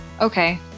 Okay